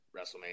WrestleMania